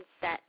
set